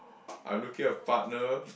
I'm looking a partner